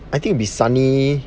I think be sunny